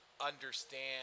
understand